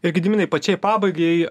ir gediminai pačiai pabaigai